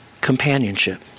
companionship